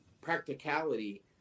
practicality